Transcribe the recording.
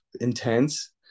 intense